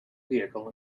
vehicle